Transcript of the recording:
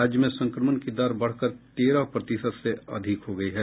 राज्य में संक्रमण की दर बढ़कर तेरह प्रतिशत से अधिक हो गई है